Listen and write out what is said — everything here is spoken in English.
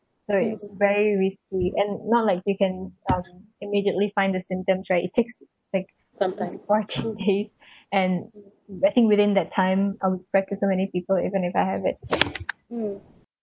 so it's very risky and not like they can um immediately find the symptoms right it takes like fourteen days and I think within that time um met with so many people even if I have it